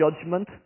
judgment